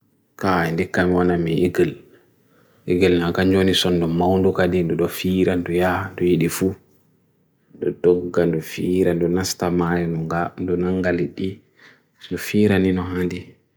Kaa indi kama waname igil. Igil na kanjwani sondum mawndu kadi, du do firan du ya, du idifu, du dogan du firan, du nastamai nunga, nunga gali di, du firan ni nunga indi.